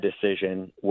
decision